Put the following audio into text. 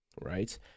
right